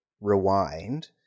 rewind